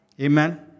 Amen